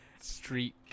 Street